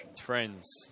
Friends